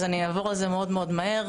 אז אני אעבור על זה מאוד מאוד מהר.